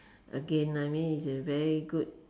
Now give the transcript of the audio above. again I mean it's a very good